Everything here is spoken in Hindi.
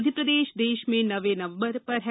मध्यप्रदेश देश में नवें नंबर पर है